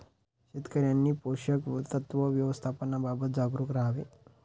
शेतकऱ्यांनी पोषक तत्व व्यवस्थापनाबाबत जागरूक राहावे